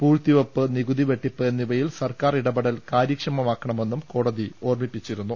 പൂഴ്ത്തിവെപ്പ് നികുതിവെട്ടിപ്പ് എന്നിവയിൽ സർക്കാർ ഇടപെടൽ കാര്യക്ഷമമാകണമെന്നും കോടതി ഓർമ്മിപ്പിച്ചിരുന്നു